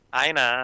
aina